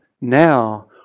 now